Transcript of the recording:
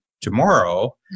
tomorrow